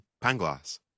Pangloss